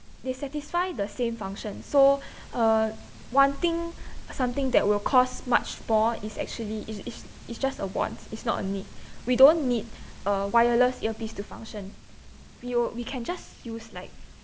they satisfy the same function so uh wanting something that will cost much more is actually is is it's just a want is not a need we don't need uh wireless earpiece to function we o~ we can just use like